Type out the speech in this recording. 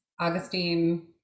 Augustine